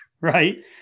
right